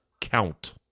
count